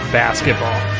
basketball